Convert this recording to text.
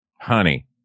Honey